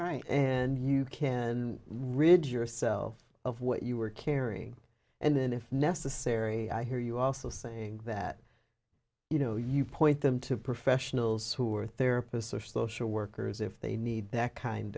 right and you can rid yourself of what you were carrying and then if necessary i hear you also saying that you know you point them to professionals who are therapists or social workers if they need that kind